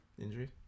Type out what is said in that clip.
Injury